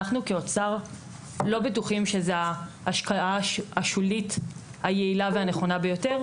אנחנו כאוצר לא בטוחים שזה ההשקעה השולית היעילה והנכונה ביותר.